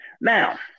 now